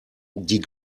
die